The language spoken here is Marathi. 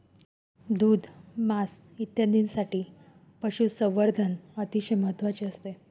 दूध, मांस इत्यादींसाठी पशुसंवर्धन अतिशय महत्त्वाचे असते